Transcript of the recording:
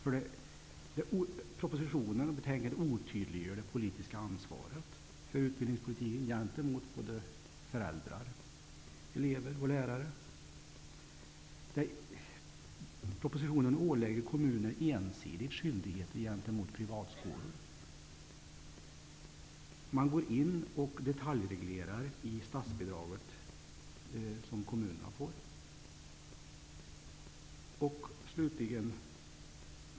I propositionen och betänkandet otydliggörs det politiska ansvaret för utbildningspolitiken gentemot både föräldrar, elever och lärare. Propositionen ålägger kommunen ensidigt skyldighet gentemot privatskolor. Man går in och detaljreglerar i statsbidraget som kommunerna får.